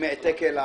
עם העתק אליי.